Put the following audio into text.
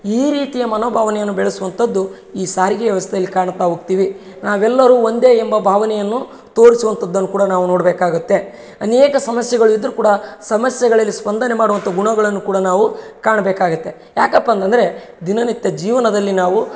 ಈ ರೀತಿಯ ಮನೋಭಾವನೆಯನ್ನು ಬೆಳೆಸುವಂತದ್ದು ಈ ಸಾರಿಗೆ ವ್ಯವಸ್ಥೆಯಲ್ಲಿ ಕಾಣುತ್ತ ಹೋಗ್ತಿವಿ ನಾವೆಲ್ಲರೂ ಒಂದೇ ಎಂಬ ಭಾವನೆಯನ್ನು ತೋರಿಸುವಂಥದನ್ ಕೂಡ ನಾವು ನೋಡಬೇಕಾಗುತ್ತೆ ಅನೇಕ ಸಮಸ್ಯೆಗಳು ಇದ್ರು ಕೂಡ ಸಮಸ್ಯೆಗಳಲ್ಲಿ ಸ್ಪಂದನೆ ಮಾಡುವಂಥ ಗುಣಗಳನ್ನು ಕೂಡ ನಾವು ಕಾಣಬೇಕಾಗತ್ತೆ ಯಾಕಪ್ಪ ಅಂತಂದರೆ ದಿನನಿತ್ಯ ಜೀವನದಲ್ಲಿ ನಾವು